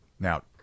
Now